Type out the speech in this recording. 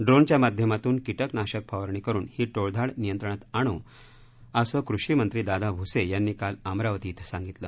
ड्रोनच्या माध्यमातून किटकनाशक फवारणी करुन ही टोळधाड नियंत्रणात आणू असं कृषीमंत्री दादा भुसे यांनी काल अमरावती इथं सांगितलं